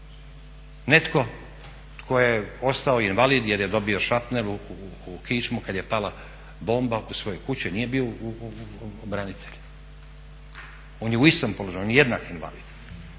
netko tko je ostao invalid jer je dobio šrapnel u kičmu kad je pala bomba oko svoje kuće, nije bio branitelj. On je u istom položaju, on je jednaki invalid